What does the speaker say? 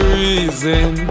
reason